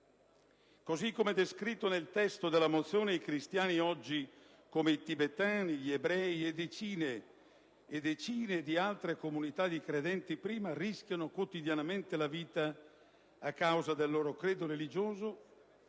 Così come descritto nel testo della mozione, i cristiani oggi - come i tibetani, gli ebrei e decine di altre comunità di credenti prima - rischiano quotidianamente la vita a causa del loro credo religioso